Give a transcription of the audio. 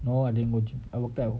no I didn't go gym I worked out at home